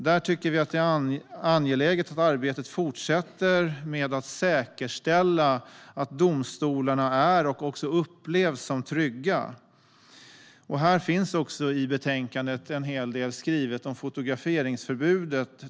Det är angeläget att arbetet med att säkerställa att domstolarna är och upplevs som trygga fortsätter. I betänkandet står det en hel del om fotograferingsförbudet.